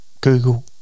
Google